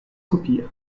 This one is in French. soupir